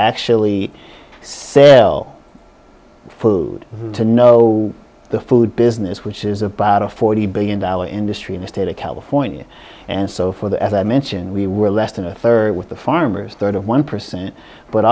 actually say well food to know the food business which is about a forty billion dollar industry in the state of california and so for the as i mentioned we were less than a third with the farmer's third of one percent but